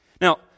Now